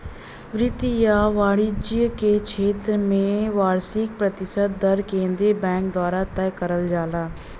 वित्त या वाणिज्य क क्षेत्र में वार्षिक प्रतिशत दर केंद्रीय बैंक द्वारा तय करल जाला